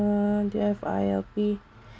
uh do you have I_L_P